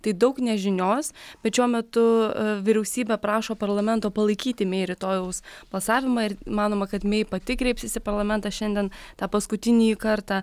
tai daug nežinios bet šiuo metu vyriausybė prašo parlamento palaikyti mei rytojaus balsavimą ir manoma kad mei pati kreipsis į parlamentą šiandien tą paskutinįjį kartą